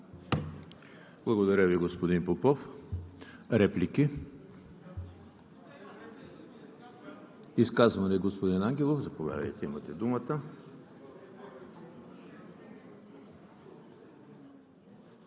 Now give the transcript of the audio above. Благодаря Ви, господин Попов. Реплики? Изказване – господин Ангелов, имате думата.